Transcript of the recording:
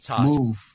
move